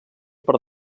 per